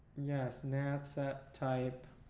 yes nat set type